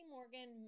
Morgan